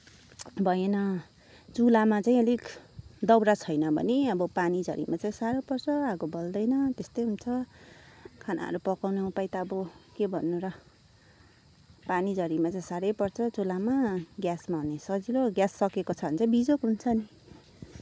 भएन चुलामा चाहिँ अलिक दाउरा छैन भने अब पानी झरीमा चाहिँ साह्रो पर्छ आगो बल्दैन त्यसतै हुन्छ खानाहरू पकाउने उपाय त अब के भन्नु र पानी झरीमा चाहिँ साह्रै पर्छ चुलामा ग्यासमा हो भने सजिलो ग्यास सकिएको छ भने चाहिँ बिजोक हुन्छ नि